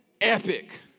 epic